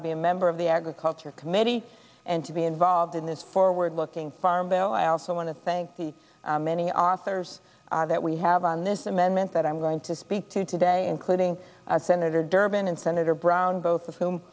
to be a member of the agriculture committee and to be involved in this forward looking farm bill i also want to thank the many authors that we have on this amendment that i'm going to speak to today including senator durbin and senator brown both of whom